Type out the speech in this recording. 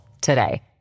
today